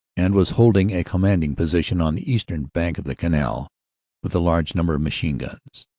and was holding a commanding position on the eastern bank of the canal with a large number of machine guns.